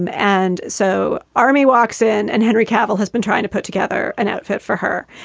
um and so army walks in and henry cavill has been trying to put together an outfit for her.